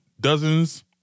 dozens